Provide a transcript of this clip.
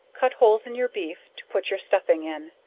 cut holes in your beef, to put your stuffing in,